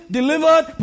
delivered